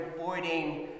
avoiding